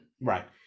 Right